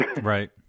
Right